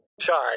Sorry